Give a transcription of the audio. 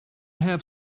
have